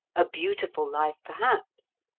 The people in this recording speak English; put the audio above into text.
a beautiful life, perhaps,